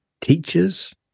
teachers